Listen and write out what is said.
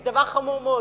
זה דבר חמור מאוד.